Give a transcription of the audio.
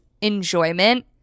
enjoyment